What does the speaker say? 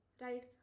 right